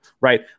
right